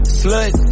slut